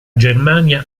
germania